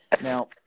Now